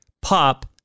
pop